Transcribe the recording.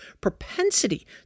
propensity